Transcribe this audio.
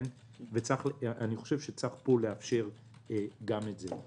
לדעתי, צריך לאפשר גם את זה.